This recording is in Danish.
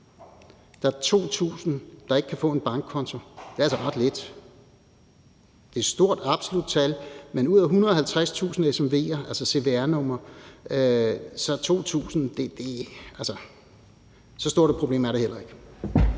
Der er 2.000, der ikke kan få en bankkonto. Det er altså ret få. Det er et stort absolut tal, men det er 2.000 ud af 150.000 SMV'er, altså cvr-numre – så stort et problem er det heller ikke.